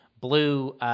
blue